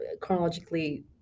chronologically